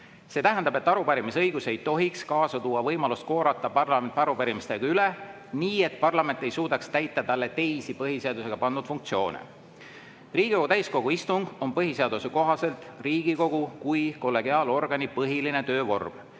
See tähendab, et arupärimise õigus ei tohiks kaasa tuua võimalust koormata parlamenti arupärimistega üle, nii et parlament ei suuda täita talle teisi põhiseadusega pandud funktsioone. Riigikogu täiskogu istung on põhiseaduse kohaselt Riigikogu kui kollegiaalorgani põhiline töövorm.